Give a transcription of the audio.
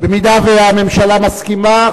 אם הממשלה מסכימה,